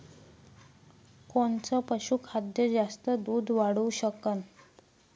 कोनचं पशुखाद्य जास्त दुध वाढवू शकन?